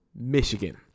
Michigan